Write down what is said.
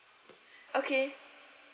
okay